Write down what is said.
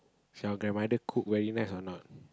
so your grandmother cook very nice or not